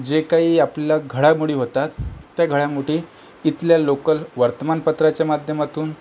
जे काही आपल्या घडामोडी होतात त्या घडामोडी तिथल्या लोकल वर्तमानपत्राच्या माध्यमातून